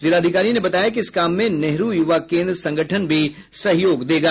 जिलाधिकारी ने बताया कि इस काम में नेहरु युवा केन्द्र संगठन भी सहयोग देगा